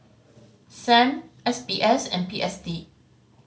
Sam S B S and P S D